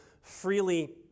freely